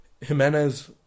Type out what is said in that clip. Jimenez